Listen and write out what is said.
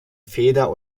feder